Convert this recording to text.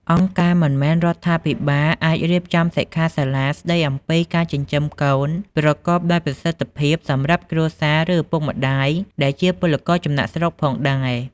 អង្គការមិនមែនរដ្ឋាភិបាលអាចរៀបចំសិក្ខាសាលាស្ដីអំពីការចិញ្ចឹមកូនប្រកបដោយប្រសិទ្ធភាពសម្រាប់គ្រួសារ ឬឪពុកម្ដាយដែលជាពលករចំណាកស្រុកផងដែរ។